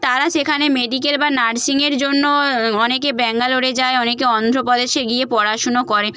তারা সেখানে মেডিক্যাল বা নার্সিংয়ের জন্য অনেকে ব্যাঙ্গালোরে যায় অনেকে অন্ধ্রপ্রদেশে গিয়ে পড়াশুনো করে